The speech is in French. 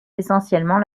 essentiellement